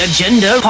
Agenda